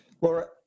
Laura